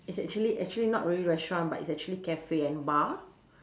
it's actually actually not really restaurant but it's actually cafe and bar